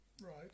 Right